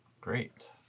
Great